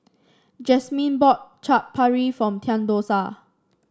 Jasmine bought Chaat Papri form Theodosia